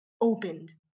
opened